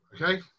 Okay